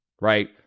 right